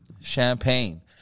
champagne